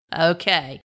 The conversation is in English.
Okay